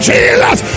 Jesus